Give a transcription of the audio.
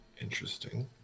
Interesting